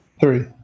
Three